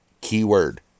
keyword